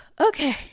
Okay